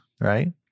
Right